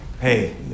hey